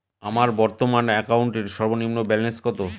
আমার বর্তমান অ্যাকাউন্টের সর্বনিম্ন ব্যালেন্স কত?